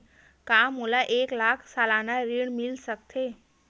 का मोला एक लाख सालाना ऋण मिल सकथे?